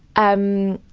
um,